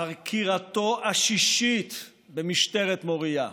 לחקירתו השישית במשטרת מוריה.